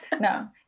No